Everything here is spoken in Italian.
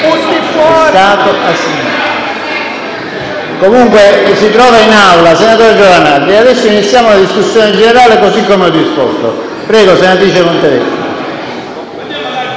Comunque si trova in Aula, senatore Giovanardi. Adesso procediamo con la discussione generale, così come ho disposto. Prego, senatrice Montevecchi.